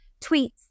tweets